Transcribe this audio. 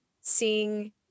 seeing